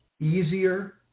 easier